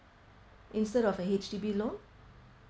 instead of a H_D_B loan